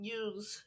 use